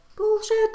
bullshit